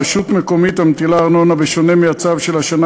רשות מקומית המטילה ארנונה בשונה מהצו של השנה